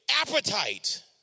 appetite